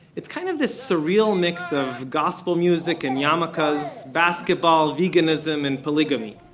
it's kind of this surreal mix of gospel music and yarmulkes, basketball, veganism, and polygamy